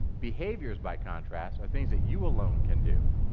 behaviors, by contrast, are things that you alone can do,